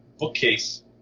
bookcase